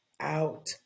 out